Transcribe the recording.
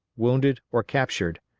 wounded, or captured.